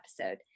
episode